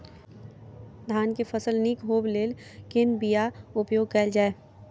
धान केँ फसल निक होब लेल केँ बीया उपयोग कैल जाय?